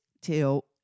Till